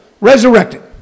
resurrected